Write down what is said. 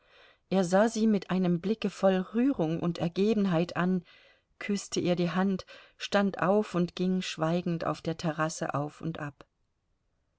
er sah sie mit einem blicke voll rührung und ergebenheit an küßte ihr die hand stand auf und ging schweigend auf der terrasse auf und ab